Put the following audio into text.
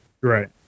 right